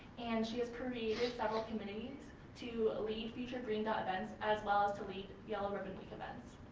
and she has created several committees to lead future green dot events, as well as to lead yellow ribbon week events.